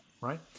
Right